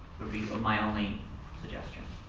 be my only suggestion.